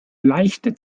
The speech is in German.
leichter